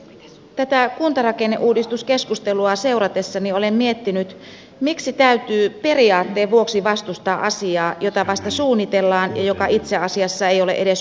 tätä kuntarakenneuudistuskeskustelua seuratessani olen miettinyt miksi täytyy periaatteen vuoksi vastustaa asiaa jota vasta suunnitellaan ja joka itse asiassa ei ole edes uusi